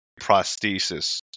prosthesis